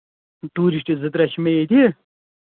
tourist زٕ ترٛےٚ چھِ مےٚ ییٚتہِ